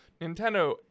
Nintendo